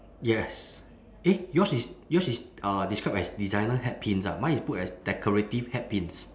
yes eh yours is yours is uh described as designer hatpins ah mine is put as decorative hatpins